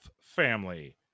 family